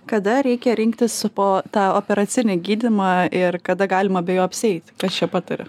kada reikia rinktis po tą operacinį gydymą ir kada galima be jo apsieit kas čia pataria